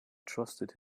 trusted